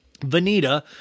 Vanita